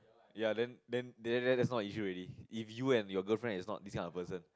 ya then then then then that's not an issue already if you and your girlfriend is not this kind of person